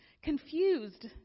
Confused